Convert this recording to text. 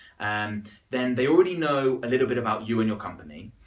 and then they already know a little bit about you and your company.